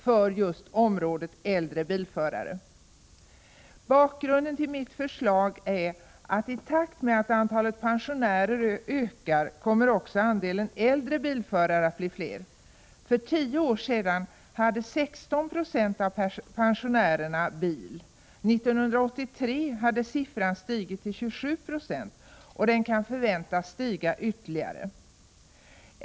för just området äldre bilförare. Bakgrunden till mitt förslag är att i takt med att antalet pensionärer ökar kommer också andelen äldre bilförare att bli fler. För tio år sedan hade 16 90 av pensionärerna bil, 1983 hade siffran stigit till 27 20 och den kan förväntas stiga ytterligare.